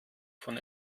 von